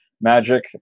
magic